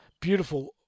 beautiful